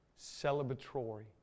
celebratory